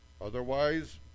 Otherwise